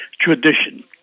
tradition